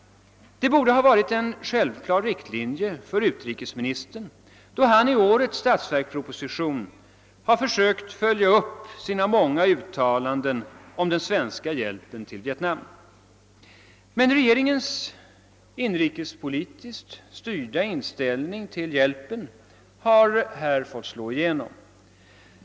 Det borde ha varit en självklar riktlinje för utrikesministern då han i årets statsverksproposition har sökt följa upp sina många uttalanden om den svenska hjälpen till Vietnam, men regeringens inrikespolitiskt styrda inställning till hjälpen har här fått slå igenom.